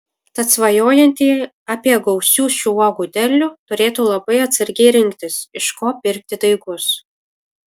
tad svajojantieji apie gausių šių uogų derlių turėtų labai atsargiai rinktis iš ko pirkti daigus